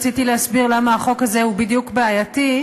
כי אני רציתי להסביר למה החוק הזה בדיוק הוא בעייתי.